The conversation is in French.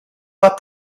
pas